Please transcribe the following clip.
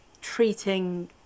treating